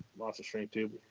lost a stray tube.